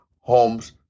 homes